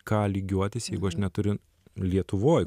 ką lygiuotis jeigu aš neturiu lietuvoj